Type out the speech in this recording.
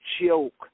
joke